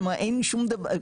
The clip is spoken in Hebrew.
כלומר אין שום דבר,